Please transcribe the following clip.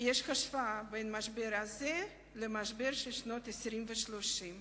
יש השוואה בין המשבר הזה למשבר של שנות ה-20 וה-30.